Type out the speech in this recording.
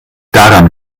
daran